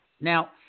Now